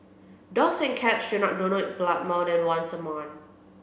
dogs and cats should not donate blood more than once a month